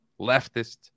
leftist